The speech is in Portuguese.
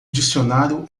dicionário